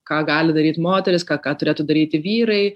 ką gali daryt moteris ką ką turėtų daryti vyrai